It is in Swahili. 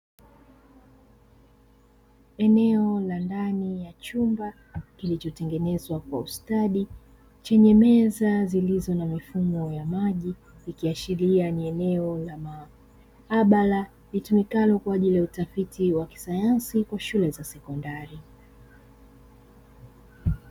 Eneo la ndani ya chumba kilichotengenezwa kwa ustadi chenye meza zilizo na mifumo ya maji, ikiashiria ni eneo la maabara litumikalo kwaajili ya utafiti wa kisayansi kwa shule za sekondari.